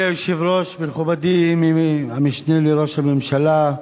אדוני היושב-ראש, מכובדי המשנה לראש הממשלה,